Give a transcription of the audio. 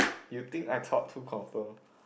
you think I thought who confirm